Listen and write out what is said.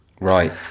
Right